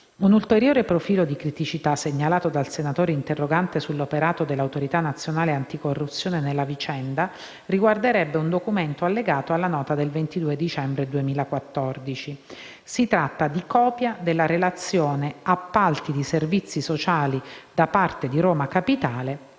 Un ulteriore profilo di criticità segnalato dal senatore interrogante sull’operato dell’Autorità nazionale anticorruzione nella vicenda riguarderebbe un documento allegato alla nota del 22 dicembre 2014: si tratta di copia della relazione «Appalti di servizi sociali da parte di Roma Capitale,